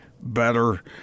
better